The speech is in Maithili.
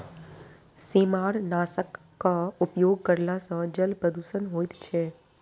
सेमारनाशकक उपयोग करला सॅ जल प्रदूषण होइत छै